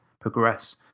progress